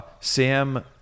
Sam